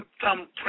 thumbprint